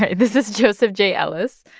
and this is joseph j. ellis.